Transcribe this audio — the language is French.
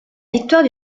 victoire